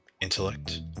intellect